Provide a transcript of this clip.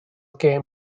gêm